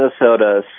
Minnesota